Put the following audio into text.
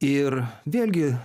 ir vėlgi